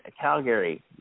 Calgary